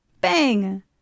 bang